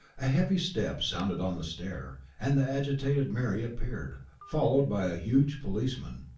a heavy step sounded on the stair, and the agitated mary appeared, followed by a huge policeman.